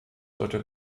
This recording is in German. sollte